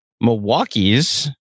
Milwaukee's